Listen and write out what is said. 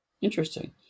Interesting